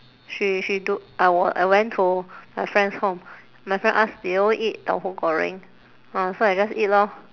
she she do I will I went to my friend's home my friend ask do you eat tauhu goreng uh so I just eat lor